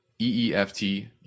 EEFT